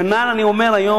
כנ"ל אני אומר היום.